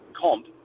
comp